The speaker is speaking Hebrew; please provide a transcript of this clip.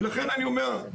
ולכן אני אומר,